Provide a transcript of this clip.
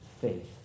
faith